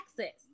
access